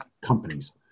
companies